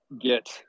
get